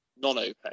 non-OPEC